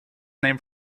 name